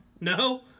No